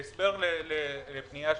הסבר לפנייה 8013,